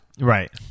Right